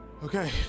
Okay